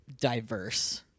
diverse